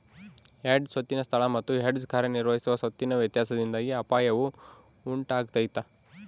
hedge ಸ್ವತ್ತಿನ ಸ್ಥಳ ಮತ್ತು ಹೆಡ್ಜ್ ಕಾರ್ಯನಿರ್ವಹಿಸುವ ಸ್ವತ್ತಿನ ವ್ಯತ್ಯಾಸದಿಂದಾಗಿ ಅಪಾಯವು ಉಂಟಾತೈತ